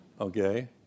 Okay